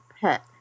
pet